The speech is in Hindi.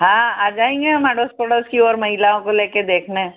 हाँ आ जाएंगे हम अड़ोस पड़ोस की और महिलाओं को ले कर देखने